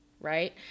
right